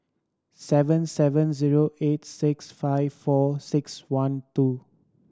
seven seven zero eight six five four six one two